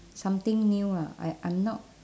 something new ah I I'm not